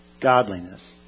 godliness